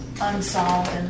unsolved